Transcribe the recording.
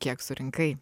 kiek surinkai